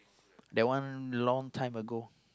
that one long time ago